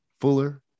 Fuller